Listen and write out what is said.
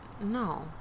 No